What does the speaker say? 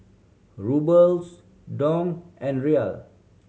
Ruble Dong and Riyal